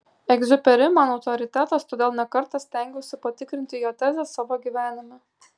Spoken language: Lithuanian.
egziuperi man autoritetas todėl ne kartą stengiausi patikrinti jo tezes savo gyvenime